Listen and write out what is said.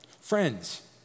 Friends